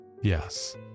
yes